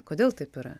kodėl taip yra